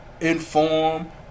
inform